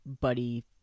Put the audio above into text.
buddy